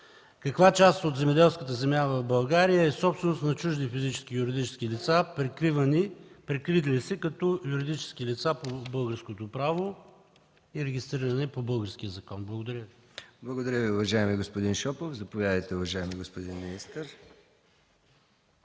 Каква част от земеделската земя в България е собственост на чужди физически и юридически лица, прикрили се като юридически лица по българското право и регистрирани по българския закон? Благодаря. ПРЕДСЕДАТЕЛ МИХАИЛ МИКОВ: Благодаря Ви, уважаеми господин Шопов. Заповядайте, уважаеми господин министър.